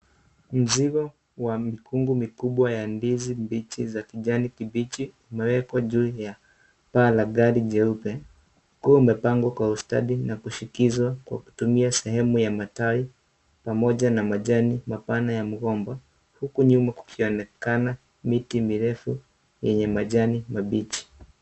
Mzigo wa mikungu mikubwa ya ndizi mbichi za kijani kibichi, imewekwa juu ya paa la gari jeupe, ukiwa umepangwa kwa ustadi na kushikishwa kwa kutumia sehemu ya matawi pamoja na majani mapana ya mgomba, huku nyuma kukionekana miti mirefu yenye majani mabichi.